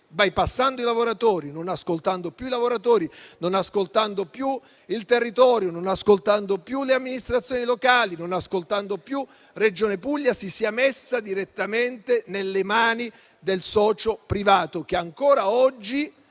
è messa direttamente - non ascoltando più i lavoratori, non ascoltando più il territorio, non ascoltando più le amministrazioni locali, non ascoltando più Regione Puglia - nelle mani del socio privato che ancora oggi